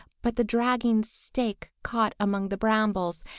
but the dragging stake caught among the brambles,